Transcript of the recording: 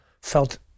felt